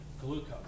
glucose